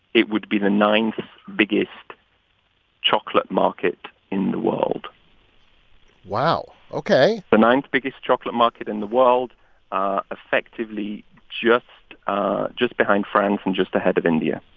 it would be the ninth biggest chocolate market in the world wow. ok the ninth biggest chocolate market in the world ah effectively just just behind france and just ahead of india